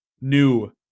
new